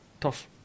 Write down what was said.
tough